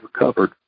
recovered